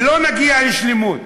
ולא נגיע לשלמות,